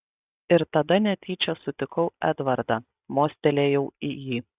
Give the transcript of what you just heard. ir tada netyčia sutikau edvardą mostelėjau į jį